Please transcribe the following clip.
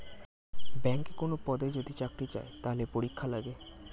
ব্যাংকে কোনো পদে যদি চাকরি চায়, তাহলে পরীক্ষা লাগে